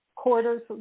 Quarters